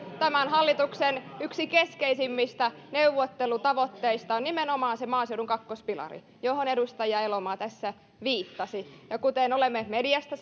tämän hallituksen yksi keskeisimmistä neuvottelutavoitteista on nimenomaan se maaseudun kakkospilari johon edustaja elomaa tässä viittasi kuten olemme mediasta